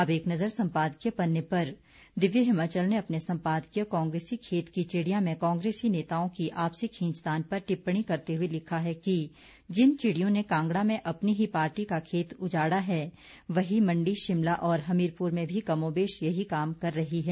अब एक नज़र संपादकीय पन्ने पर दिव्य हिमाचल ने अपने संपादकीय कांग्रेसी खेत की चिड़ियां में कांग्रेस नेताओं की आपसी खींचतान पर टिप्पणी करते हुए लिखा है कि जिन चिड़ियों ने कांगड़ा में अपनी ही पार्टी का खेत उजाड़ा है वही मंडी शिमला और हमीरपुर में भी कमोबेश यही काम कर रही हैं